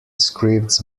scripts